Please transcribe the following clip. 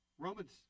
Romans